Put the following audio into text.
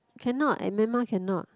cannot at Myanmar cannot